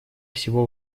всего